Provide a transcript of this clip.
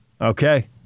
Okay